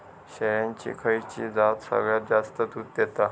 शेळ्यांची खयची जात सगळ्यात जास्त दूध देता?